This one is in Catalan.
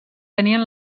tenien